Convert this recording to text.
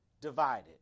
divided